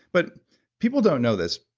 but people don't know this,